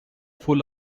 full